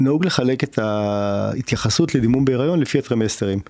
נהוג לחלק את ההתייחסות לדימום בהיריון לפי הטרמסטרים.